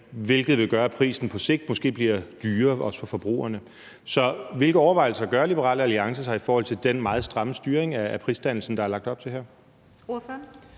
hvilket vil gøre, at prisen på sigt måske bliver højere, også for forbrugerne. Så hvilke overvejelser gør Liberal Alliance sig i forhold til den meget stramme styring af prisdannelsen,